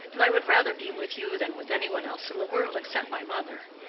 and i would rather be with you than with any one else in the world except my mother.